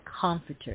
comforter